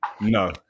no